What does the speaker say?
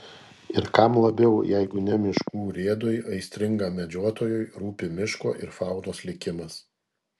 ir kam labiau jeigu ne miškų urėdui aistringam medžiotojui rūpi miško ir faunos likimas